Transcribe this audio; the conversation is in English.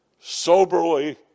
soberly